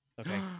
Okay